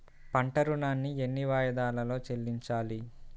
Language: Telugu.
పంట ఋణాన్ని ఎన్ని వాయిదాలలో చెల్లించాలి?